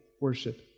Worship